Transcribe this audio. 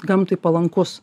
gamtai palankus